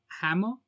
hammer